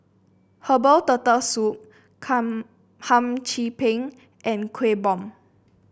Herbal Turtle Soup Hum Chim Peng and Kueh Bom